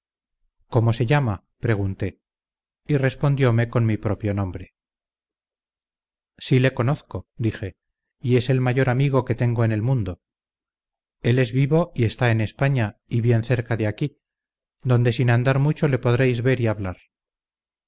cómo se llama pregunté y respondiome con mi propio nombre si le conozco dije y es el mayor amigo que tengo en el mundo él es vivo y está en españa y bien cerca de aquí donde sin andar mucho le podréis ver y hablar